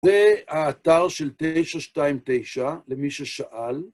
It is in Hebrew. זה האתר של 929, למי ששאל.